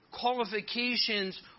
qualifications